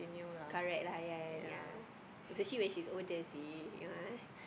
correct lah ya ya ya especially when she's older seh yeah